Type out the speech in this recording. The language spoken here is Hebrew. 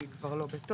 היא כבר לא בתוקף,